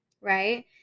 right